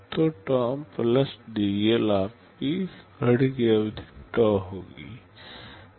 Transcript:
तो taum dL आपकी घड़ी की अवधि tau होगी